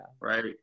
Right